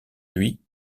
lui